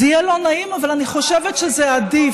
זה יהיה לא נעים, אבל אני חושבת שזה עדיף.